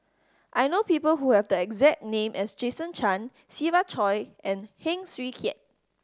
I know people who have the exact name as Jason Chan Siva Choy and Heng Swee Keat